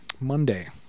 monday